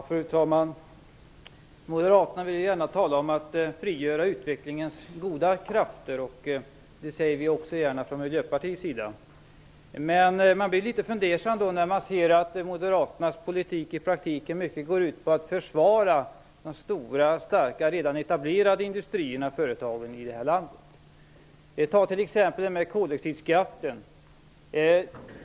Fru talman! Moderaterna vill gärna tala om att frigöra utvecklingens goda krafter, och det säger vi också gärna från Miljöpartiets sida. Men man blir litet fundersam när man ser att Moderaternas politik i praktiken mycket går ut på att försvara de stora, starka och redan etablerade industrierna och företagen i det här landet. Vi kan ta koldioxidskatten som exempel.